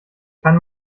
kann